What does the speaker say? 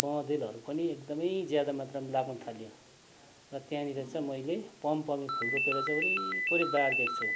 बँदेलहरू पनि एकदमै ज्यादा मात्रामा लाग्न थाल्यो र त्यहाँनिर चाहिँ मैले पमपमी फुल रोपेर चाहिँ वरिपरि बारिदिएको छु